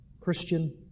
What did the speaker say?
Christian